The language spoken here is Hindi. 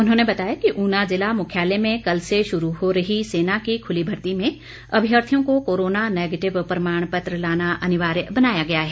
उन्होंने बताया कि ऊना जिला मुख्यालय में कल से शुरू हो रही सेना की खुली भर्ती में अभ्यार्थियों को कोरोना नेगेटिव प्रमाण पत्र लाना अनिवार्य बनाया गया है